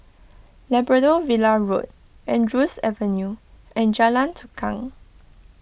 Labrador Villa Road Andrews Avenue and Jalan Tukang